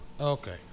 Okay